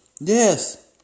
Yes